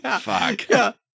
fuck